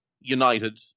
United